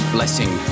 Blessing